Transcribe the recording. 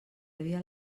havia